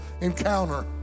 encounter